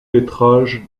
métrages